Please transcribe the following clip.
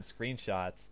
screenshots